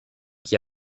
qui